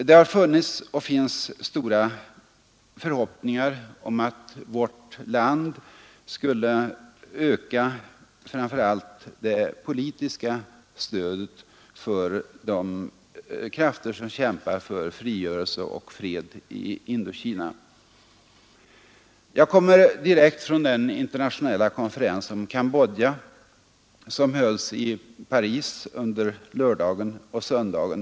Det har funnits och finns alltjämt stora förhoppningar om att vårt land skulle öka framför allt det politiska stödet för de krafter som kämpar för frigörelse och fred i Indokina. Jag kommer direkt från den internationella konferens om Cambodja, som hölls i Paris under lördagen och söndagen.